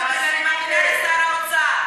אני מאמינה לשר האוצר.